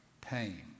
pain